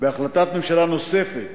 בהחלטת ממשלה נוספת